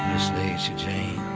miss lacy jane